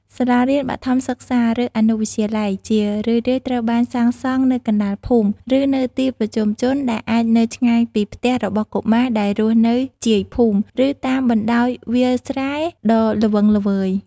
សាលារៀនបឋមសិក្សា ឬអនុវិទ្យាល័យ ជារឿយៗត្រូវបានសាងសង់នៅកណ្តាលភូមិ ឬនៅទីប្រជុំជន ដែលអាចនៅឆ្ងាយពីផ្ទះរបស់កុមារដែលរស់នៅជាយភូមិ ឬតាមបណ្តោយវាលស្រែដ៏ល្វឹងល្វើយ។